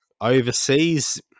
overseas